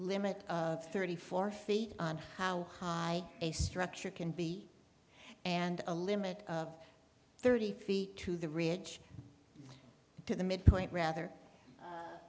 limit of thirty four feet on how high a structure can be and a limit of thirty feet to the ridge to the midpoint rather